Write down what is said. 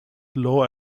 law